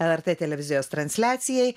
el er tė televizijos transliacijai